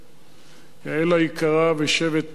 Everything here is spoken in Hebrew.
יעל היקרה ושבט גנדי,